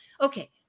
okay